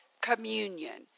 communion